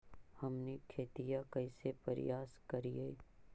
हमनी खेतीया कइसे परियास करियय?